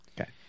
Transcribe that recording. Okay